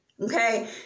Okay